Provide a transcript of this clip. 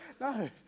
No